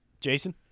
Jason